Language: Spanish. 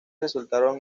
resultaron